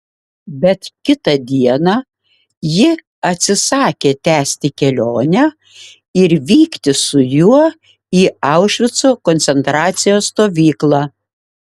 bet kitą dieną ji atsisakė tęsti kelionę ir vykti su juo į aušvico koncentracijos stovyklą